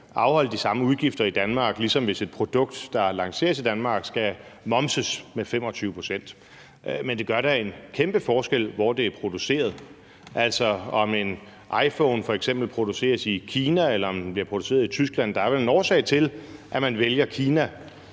afholde de samme udgifter i Danmark, ligesom et produkt, der lanceres i Danmark, skal momses med 25 pct. Men det gør da en kæmpe forskel, hvor det er produceret – altså om en iPhone f.eks. produceres i Kina, eller om den bliver produceret i Tyskland. Der er vel en årsag til, at man vælger Kina.